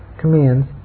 commands